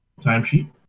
timesheet